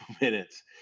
minutes